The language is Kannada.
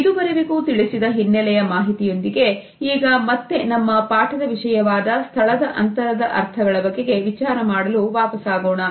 ಇದುವರೆವಿಗೂ ತಿಳಿಸಿದ ಹಿನ್ನೆಲೆಯ ಮಾಹಿತಿಯೊಂದಿಗೆ ಈಗ ಮತ್ತೆ ನಮ್ಮ ಪಾಠದ ವಿಷಯವಾದ ಸ್ಥಳದ ಅಂತರದ ಅರ್ಥಗಳ ಬಗೆಗೆ ವಿಚಾರ ಮಾಡಲು ವಾಪಸಾಗೋಣ